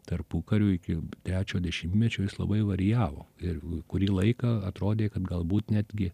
tarpukariu iki trečio dešimtmečio jis labai varijavo ir kurį laiką atrodė kad galbūt netgi